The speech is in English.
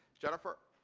jennifer?